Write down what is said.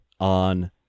on